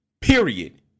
period